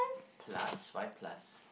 plus why plus